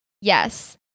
Yes